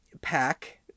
pack